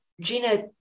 Gina